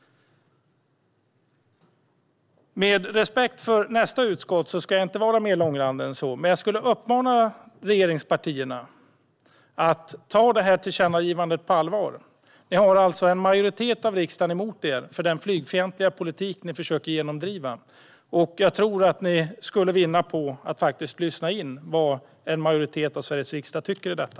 Med respekt för nästa utskott ska jag inte bli mer långrandig än så, men jag uppmanar regeringspartierna att ta tillkännagivandet på allvar. En majoritet av riksdagen är emot den flygfientliga politik som regeringen försöker genomdriva. Jag tror att man skulle vinna på att lyssna in vad en majoritet av Sveriges riksdag tycker om detta.